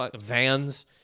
vans